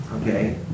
Okay